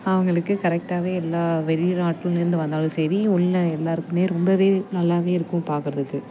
அவங்களுக்கு கரெக்டாக எல்லா வெளிநாட்டுலேருந்து வந்தாலும் சரி உள்ளே எல்லோருக்குமே ரொம்ப நல்லா இருக்கும் பாக்கிறதுக்கு